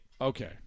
Okay